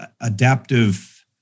adaptive